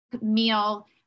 meal